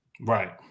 Right